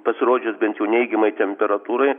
pasirodžius bent jau neigiamai temperatūrai